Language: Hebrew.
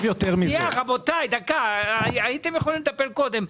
רבותיי, דקה, הייתם יכולים לטפל קודם.